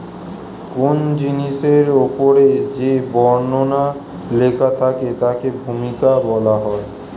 কোন জিনিসের উপর যে বর্ণনা লেখা থাকে তাকে ভূমিকা বলা হয়